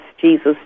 Jesus